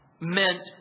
meant